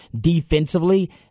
defensively